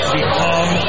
become